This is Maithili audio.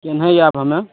एनहे आएब हमे